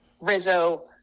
Rizzo